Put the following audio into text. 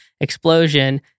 explosion